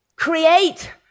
Create